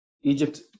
Egypt